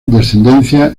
descendencia